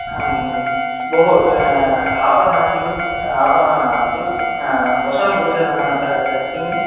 आम् भोः कि आपणः किम् आपणः नास्ति वशनभूषण किम्